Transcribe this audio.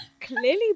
clearly